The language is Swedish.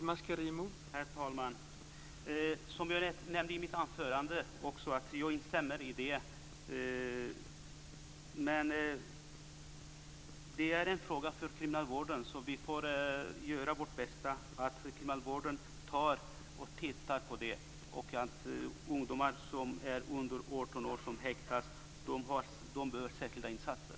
Herr talman! Som jag nämnde i mitt anförande instämmer jag i det men det är en fråga för kriminalvården, så vi får göra vårt bästa när det gäller att se till att kriminalvården tittar på detta. Ungdomar som är under 18 år och som häktas behöver särskilda insatser.